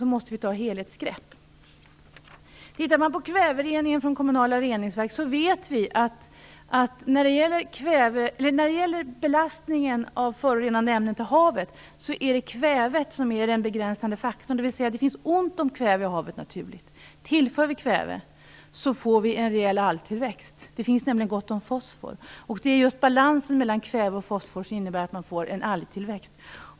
Om man tittar på kvävereningen i kommunala reningsverk ser man följande: När det gäller belastningen av förorenande ämnen till havet är det kvävet som är den begränsande faktorn, dvs. att det finns ont om kväve i havet naturligt. Tillför vi kväve får vi en rejäl algtillväxt. Det finns nämligen gott om fosfor, och det är just balansen mellan kväve och fosfor som innebär att man får en algtillväxt.